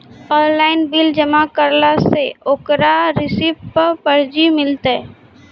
Online bill जमा करला से ओकरौ रिसीव पर्ची मिलतै?